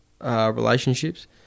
relationships